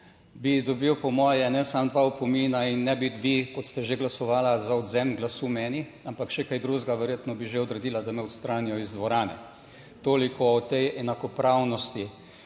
bi dobil, po moje, ne samo dva opomina in ne bi vi, kot ste že glasovala za odvzem glasu meni, ampak še kaj drugega. Verjetno bi že odredila, da me odstranijo iz dvorane. Toliko o tej enakopravnosti.